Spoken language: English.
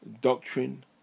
doctrine